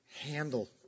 handle